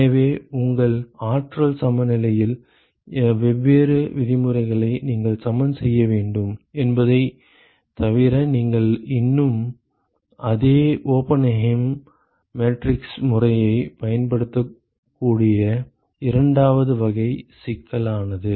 எனவே உங்கள் ஆற்றல் சமநிலையில் வெவ்வேறு விதிமுறைகளை நீங்கள் சமன் செய்ய வேண்டும் என்பதைத் தவிர நீங்கள் இன்னும் அதே ஓப்பன்ஹெய்ம் மேட்ரிக்ஸ் முறையைப் பயன்படுத்தக்கூடிய இரண்டாவது வகை சிக்கலுக்கானது